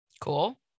Cool